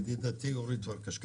ידידתי אורית פרקש.